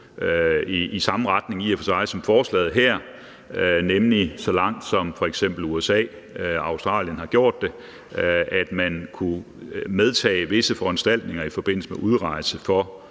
i samme retning som forslaget her, nemlig så langt som f.eks. USA og Australien har gjort det, hvor man kan medtage visse foranstaltninger i forbindelse med udrejse for